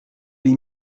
les